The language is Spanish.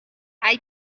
hay